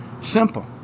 Simple